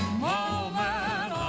moment